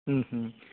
മ് മ്